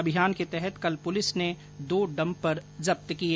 अभियान के तहत कल पुलिस ने दो डम्पर जब्त किए